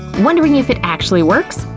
wondering if it actually works?